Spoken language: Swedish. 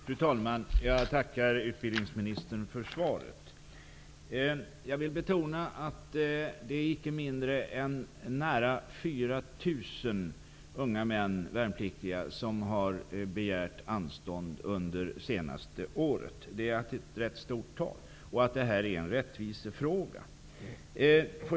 Fru talman! Jag tackar utbildningsministern för svaret. Jag vill betona att icke mindre än nära 4 000 unga, värnpliktiga män har begärt anstånd under det senaste året -- det är ett ganska stort tal -- och att detta är en rättvisefråga.